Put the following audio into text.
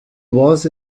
was